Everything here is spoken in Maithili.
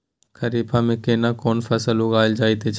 खरीफ में केना कोन फसल उगायल जायत छै?